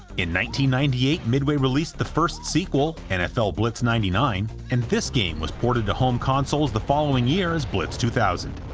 ninety ninety eight midway released the first sequel, nfl blitz ninety nine, and this game was ported to home consoles the following year as blitz two thousand.